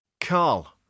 Carl